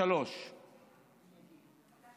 16.9